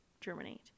germinate